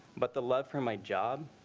but the love for my job,